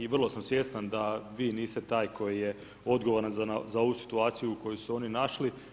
I vrlo sam svjestan da vi niste taj koji je odgovoran za ovu situaciju u kojoj su se oni našli.